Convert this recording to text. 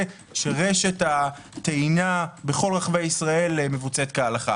שרשת הטעינה בכל רחבי ישראל מבוצעת כהלכה.